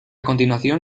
continuación